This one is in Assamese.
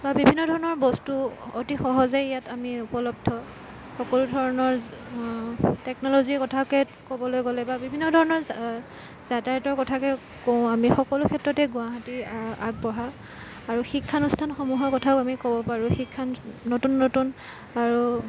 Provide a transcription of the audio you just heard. বা বিভিন্ন ধৰণৰ বস্তু অতি সহজেই ইয়াত আমি উপলব্ধ সকলো ধৰণৰ টেকন'লজিৰ কথাকে ক'বলৈ গ'লে বা বিভিন্ন ধৰণৰ যাতায়াতৰ কথাকে কওঁ আমি সকলো ক্ষেত্ৰতেই গুৱাহাটী আগবঢ়া আৰু শিক্ষা অনুষ্ঠানসমূহৰ কথাওঁ আমি ক'ব পাৰোঁ শিক্ষা অনু নতুন নতুন আৰু